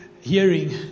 Hearing